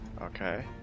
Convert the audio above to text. Okay